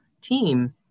team